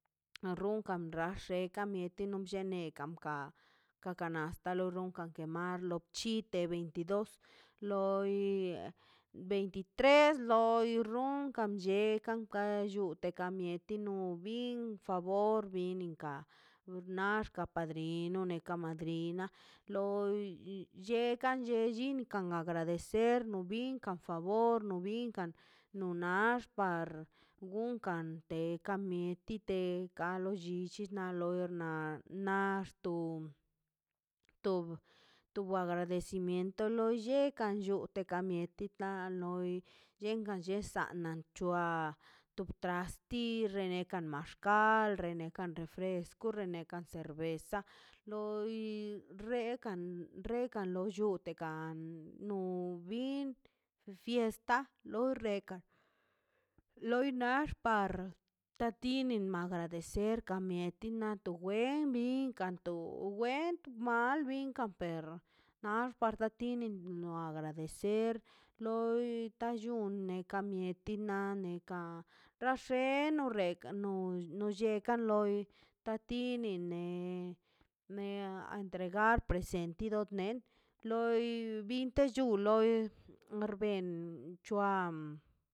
A runkan rashe ka mieti no blleneka kan ka kanasta lo runka kemar lo bchite veintidos loi veintitres loi run kan blle kan kan bllute ka mieti no nin favor bin binkan naxka padrino neka na madrina loi llekan che llinin ka agradecer o binka favor binkan lunax gunkan tei ka mietikan dekan lo llichi na loinar naxto tob tob agradecimiento lollekan llu teka mieti ti la a noi chekan nan chua to trasti xeneka maxkal kal rene ka refesco rene ka cerveza loi rekan rekan lo llutekan no bin fiesta lo rekan loir nax par tai tini agradecer par mieti na twe minka antu wen albinkan per nax tarta tini o agradecer loi ta llune na ta mieti na neka rashe na neka nu no llekan loi ta tinin ne me a entregar me en sentido ne loi lente llui loi rben c̱hoa.